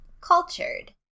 cultured